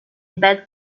bad